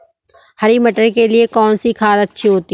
हरी मटर के लिए कौन सी खाद अच्छी होती है?